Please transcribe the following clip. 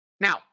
Now